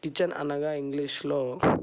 kitchen అనగా ఇంగ్లీష్లో